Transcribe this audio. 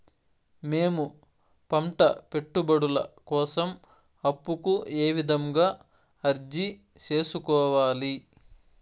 మేము పంట పెట్టుబడుల కోసం అప్పు కు ఏ విధంగా అర్జీ సేసుకోవాలి?